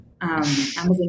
Amazon